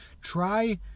Try